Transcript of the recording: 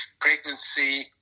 Pregnancy